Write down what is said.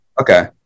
Okay